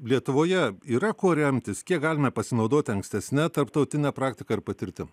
lietuvoje yra kuo remtis kiek galima pasinaudoti ankstesne tarptautine praktika ir patirtim